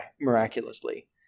miraculously